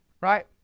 right